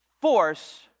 force